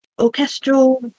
Orchestral